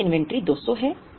औसत इन्वेंट्री 200 है